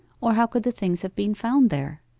or how could the things have been found there?